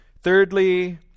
Thirdly